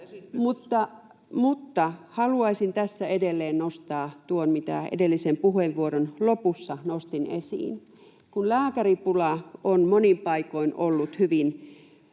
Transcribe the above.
Haluaisin tässä edelleen nostaa tuon, mitä edellisen puheenvuoron lopussa nostin esiin, että kun lääkäripula on monin paikoin ollut hyvin